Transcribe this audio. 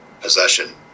Possession